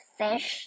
fish